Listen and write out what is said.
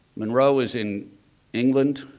monroe is in england.